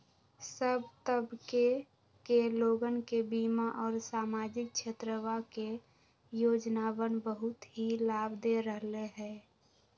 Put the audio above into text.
सब तबके के लोगन के बीमा और सामाजिक क्षेत्रवा के योजनावन बहुत ही लाभ दे रहले है